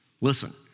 Listen